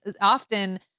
often